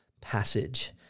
passage